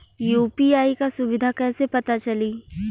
UPI क सुविधा कैसे पता चली?